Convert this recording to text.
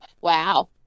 Wow